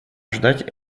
ожидать